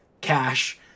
cash